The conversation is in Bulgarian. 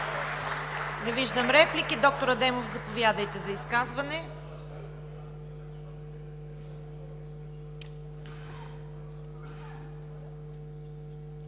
Не виждам реплики. Доктор Тимчев, заповядайте за изказване.